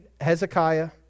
Hezekiah